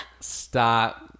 Stop